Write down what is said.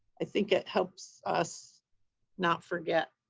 i think it helps us not forget